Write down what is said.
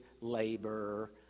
labor